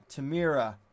Tamira